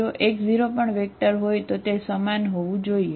જો આ x0 x0 પણ વેક્ટર હોય તો તે સમાન હોવું જોઈએ